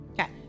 Okay